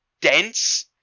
dense